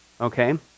okay